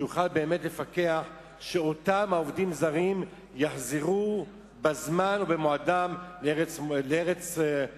שיוכל באמת לפקח על כך שאותם עובדים זרים יחזרו בזמן ובמועד לארץ מוצאם.